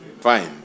Fine